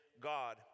God